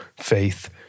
faith